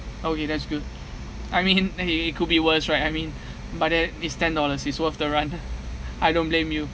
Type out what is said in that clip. okay that's good I mean it it could be worse right I mean but that is ten dollars is worth the run ah I don't blame you